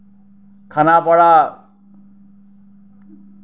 Khanapara